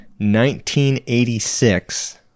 1986